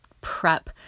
prep